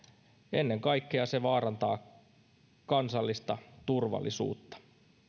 ennen kaikkea se vaarantaa kansallista turvallisuutta